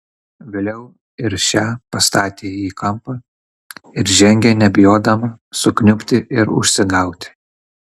vėliau ir šią pastatė į kampą ir žengė nebijodama sukniubti ir užsigauti